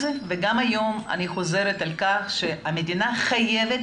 אז וגם היום אני חוזרת ואומרת שהמדינה חייבת